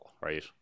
right